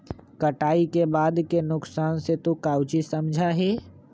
कटाई के बाद के नुकसान से तू काउची समझा ही?